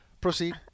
proceed